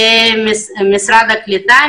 משרד הקליטה,